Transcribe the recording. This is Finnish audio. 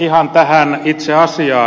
ihan tähän itse asiaan